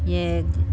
येदु